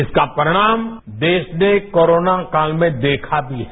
इसका परिणाम देश ने कोरोना काल में देखा भी है